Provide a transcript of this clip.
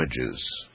images